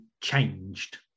changed